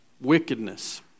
wickedness